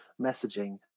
messaging